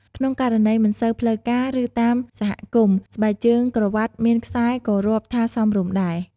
ក្នុងករណីមិនសូវផ្លូវការ ឬ តាមសហគមន៍ ស្បែកជើងក្រវាត់មានខ្សែក៏រាប់ថាសមរម្យដែរ។